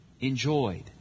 Enjoyed